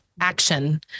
action